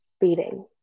beating